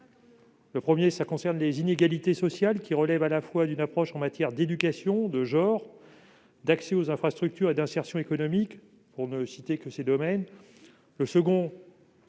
La première est celle des inégalités sociales, qui relèvent d'une approche en matière d'éducation, de genre, d'accès aux infrastructures et d'insertion économique, pour ne citer que ces domaines.